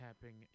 tapping